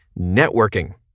networking